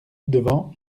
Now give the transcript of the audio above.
devant